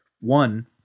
One